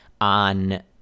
on